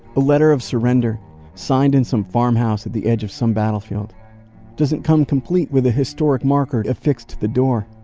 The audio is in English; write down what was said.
a letter of surrender signed in some farmhouse at the edge of some battlefield doesn't come complete with a historic marker affixed to the door